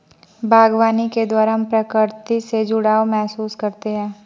बागवानी के द्वारा हम प्रकृति से जुड़ाव महसूस करते हैं